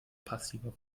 passiver